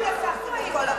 היו כל הכלים?